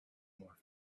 more